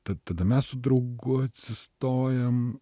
tad tada mes su draugu atsistojam